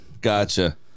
Gotcha